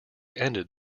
ended